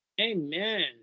Amen